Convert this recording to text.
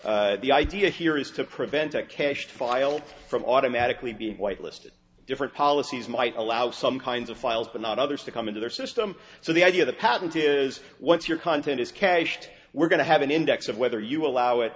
patent the idea here is to prevent a cached file from automatically being white listed different policies might allow some kinds of files but not others to come into their system so the idea of a patent is once your content is cached we're going to have an index of whether you allow it